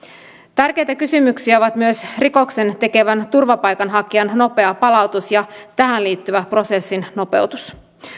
tärkeitä kysymyksiä ovat myös rikoksen tekevän turvapaikanhakijan nopea palautus ja tähän liittyvän prosessin nopeutus